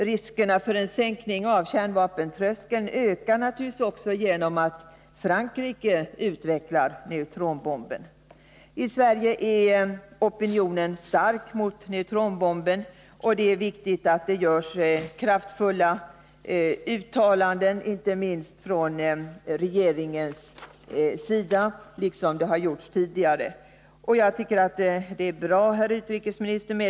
Riskerna för en sänkning av kärnvapentröskeln ökar naturligtvis också av att Franrike utvecklar neutronbomben. I Sverige är opinionen stark mot neutronbomben, och det är viktigt att det görs kraftfulla uttalanden från den nuvarande regeringen Fälldin liksom det gjordes från den förra regeringen Fälldin.